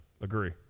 Agree